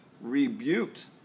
rebuked